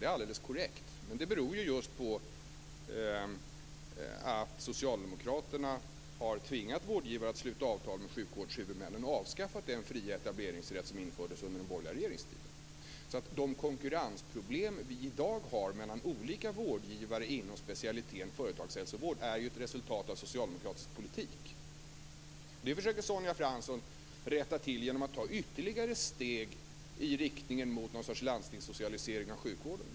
Det är alldeles korrekt, men det beror just på att socialdemokraterna har tvingat vårdgivare att sluta avtal med sjukvårdshuvudmännen och avskaffat den fria etableringsrätt som infördes under den borgerliga regeringstiden. De konkurrensproblem som vi i dag har mellan olika vårdgivare inom specialiteten företagshälsovård är alltså ett resultat av socialdemokratisk politik. Nu försöker Sonja Fransson ta ytterligare steg i riktning mot någon sorts landstingssocialisering av sjukvården.